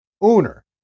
Owner